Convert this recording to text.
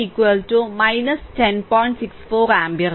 64 ampere